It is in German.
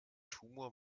tumor